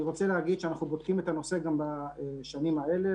אנחנו בודקים את הנושא גם בשנים האלה,